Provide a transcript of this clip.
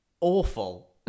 awful